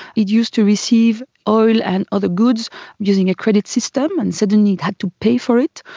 it used to receive oil and other goods using a credit system and suddenly it had to pay for it.